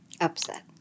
Upset